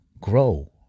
grow